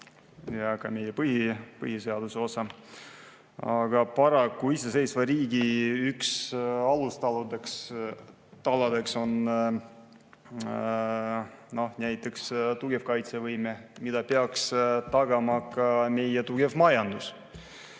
ja ka meie põhiseaduse osa. Aga paraku iseseisva riigi alustaladeks on ka näiteks tugev kaitsevõime, mida peaks tagama ka tugev majandus.